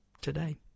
Today